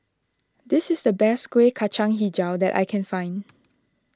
this is the best Kueh Kacang HiJau that I can find